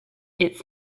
its